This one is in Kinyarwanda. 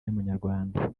y’amanyarwanda